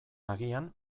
agian